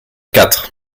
quatre